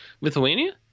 Lithuania